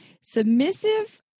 submissive